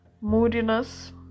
moodiness